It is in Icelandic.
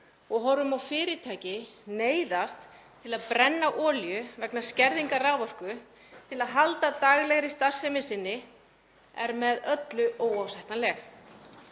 og horfum á fyrirtæki neyðast til að brenna olíu vegna skerðingar raforku til að halda daglegri starfsemi sinni er með öllu óásættanleg.